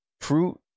fruit